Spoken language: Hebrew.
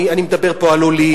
אני מדבר פה על עולים,